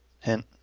hint